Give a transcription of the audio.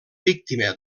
víctima